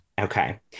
okay